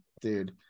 dude